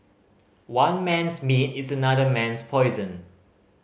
one man's meat is another man's poison